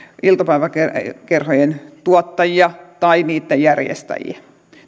iltapäiväkerhojen tuottajia tai niitten järjestäjiä